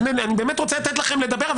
אני באמת רוצה לתת לכם לדבר,